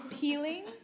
peeling